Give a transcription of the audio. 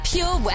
Pure